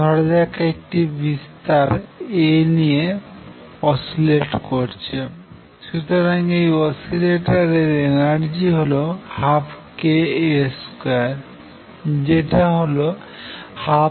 ধরাযাক এটি বিস্তার A নিয়ে অসিলেট করছে সুতরাং এই অসিলেটর এর এনার্জি হল 12kA2যেটা হল 12m2A2